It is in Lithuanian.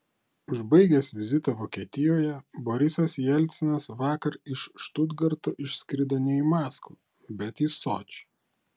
užbaigęs vizitą vokietijoje borisas jelcinas vakar iš štutgarto išskrido ne į maskvą bet į sočį